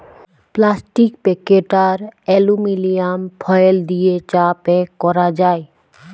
plastic packet আর aluminium foil দিয়ে চা প্যাক ক্যরা যায়